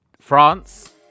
France